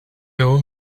old